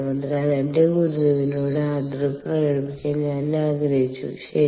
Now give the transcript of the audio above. അതിനാൽ എന്റെ ഗുരുവിനോട് ആദരവ് പ്രകടിപ്പിക്കാൻ ഞാൻ ആഗ്രഹിച്ചു ശരി